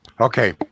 Okay